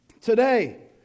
Today